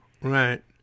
Right